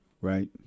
Right